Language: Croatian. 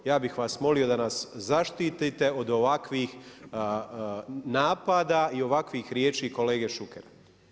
Ja bih vas molio da nas zaštite od ovakvih napada i ovakvih riječi kolege Šukera.